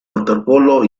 waterpolo